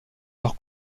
leur